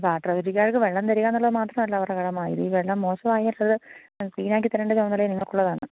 water അതോറിറ്റികാർക്ക് വെള്ളം തരുക എന്നുള്ളത് മാത്രമല്ല അവരുടെ കടമ ഈ വെള്ളം മോശമായാൽ അത് ക്ലീൻ ആക്കി തരേണ്ട ചുമതലയും നിങ്ങൾക്ക് ഉള്ളതാണ്